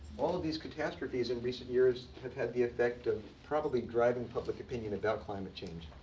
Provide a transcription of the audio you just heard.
all of these catastrophes in recent years have had the effect of probably driving public opinion about climate change.